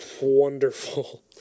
wonderful